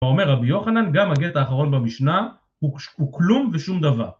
אומר רבי יוחנן גם הגט האחרון במשנה הוא כלום ושום דבר